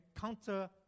counter